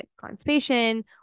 constipation